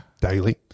daily